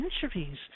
centuries